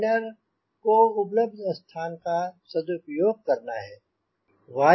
designer को उपलब्ध स्थान का सदुपयोग करना है